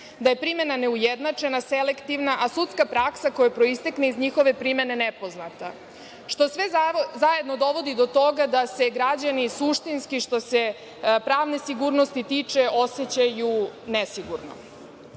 da je primena neujednačena, selektivna, a sudska praksa koja proistekne iz njihove primene nepoznata. Sve zajedno dovodi do toga da se građani suštinski, što se pravne sigurnosti tiče, osećaju nesigurno. Osim